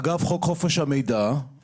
אגב חוק חופש המידע,